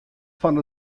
fan